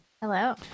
Hello